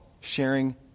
sharing